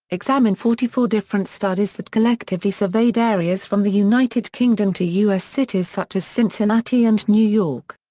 examined forty four different studies that collectively surveyed areas from the united kingdom to u s. cities such as cincinnati and new york.